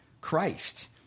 Christ